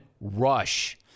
Rush